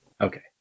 Okay